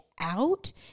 out